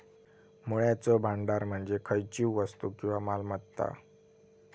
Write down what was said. मूल्याचो भांडार म्हणजे खयचीव वस्तू किंवा मालमत्ता